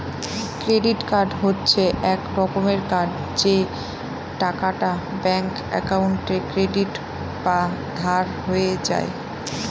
credit card হচ্ছে এক রকমের কার্ড যে টাকাটা ব্যাঙ্ক একাউন্টে ক্রেডিট বা ধার হয়ে যায়